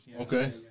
Okay